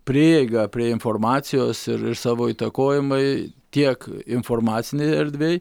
prieigą prie informacijos ir savo įtakojimai tiek informacinėj erdvėj